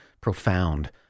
profound